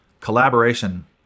collaboration